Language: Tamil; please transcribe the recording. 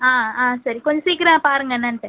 ஆ ஆ சரி கொஞ்சம் சீக்கிரம் பாருங்கள் என்னன்ட்டு